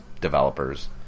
developers